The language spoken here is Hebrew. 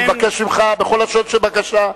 אני מבקש ממך בכל לשון של בקשה,